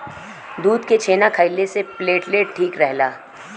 दूध के छेना खइले से प्लेटलेट ठीक रहला